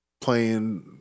playing